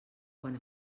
quan